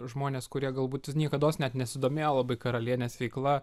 žmonės kurie galbūt niekados net nesidomėjo labai karalienės veikla